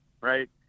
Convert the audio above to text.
right